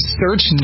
search